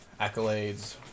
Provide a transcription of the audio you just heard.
Accolades